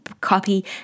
copy